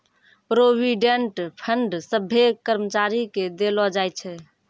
provident fund सभ्भे कर्मचारी के देलो जाय छै